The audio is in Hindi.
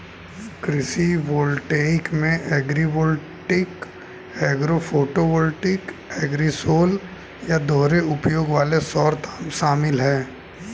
कृषि वोल्टेइक में एग्रीवोल्टिक एग्रो फोटोवोल्टिक एग्रीसोल या दोहरे उपयोग वाले सौर शामिल है